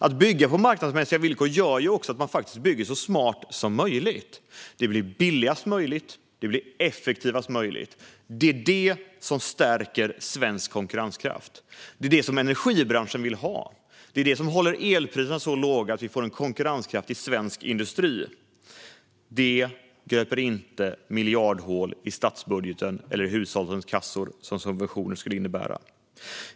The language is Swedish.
Att bygga på marknadsmässiga villkor gör också att man faktiskt bygger så smart som möjligt. Det blir billigast möjligt och effektivast möjligt. Det är det som stärker svensk konkurrenskraft. Det är det som energibranschen vill ha. Det är det som håller elpriserna så låga att vi får en konkurrenskraftig svensk industri. Det gröper inte ut de miljardhål i statsbudgeten eller i hushållens kassor som subventioner skulle innebära.